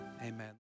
Amen